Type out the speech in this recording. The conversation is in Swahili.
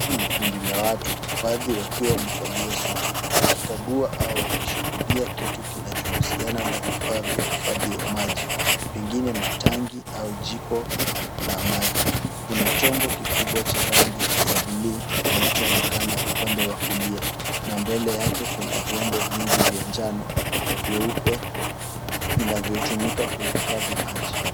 Hii ni kundi la watu, baadhi wakiwa wamevalia suti wakikagua au wakishudia kitu kinachohusiana na vifaa vya uhifadhi wa maji, pengine matangi au jiko la maji. Kuna chombo kikubwa cha rangi ya buluu kinachoonekana upande wa kulia, na mbele yake kuna vyombo vyingi vya njano na vyeupe vinavyotumika kuhifadhi maji.